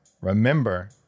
remember